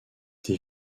des